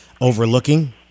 overlooking